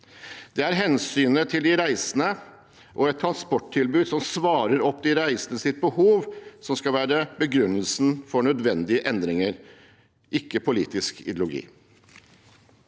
Det er hensynet til de reisende og et transporttilbud som svarer opp de reisendes behov, som skal være begrunnelsen for nødvendige endringer, ikke politisk ideologi.